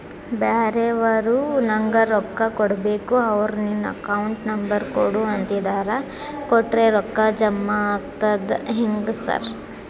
ಬ್ಯಾರೆವರು ನಂಗ್ ರೊಕ್ಕಾ ಕೊಡ್ಬೇಕು ಅವ್ರು ನಿನ್ ಅಕೌಂಟ್ ನಂಬರ್ ಕೊಡು ಅಂತಿದ್ದಾರ ಕೊಟ್ರೆ ರೊಕ್ಕ ಜಮಾ ಆಗ್ತದಾ ಹೆಂಗ್ ಸಾರ್?